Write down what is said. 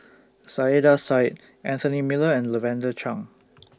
Saiedah Said Anthony Miller and Lavender Chang